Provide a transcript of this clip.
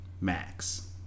Max